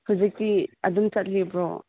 ꯍꯧꯖꯤꯛꯇꯤ ꯑꯗꯨꯝ ꯆꯠꯂꯤꯕ꯭ꯔꯣ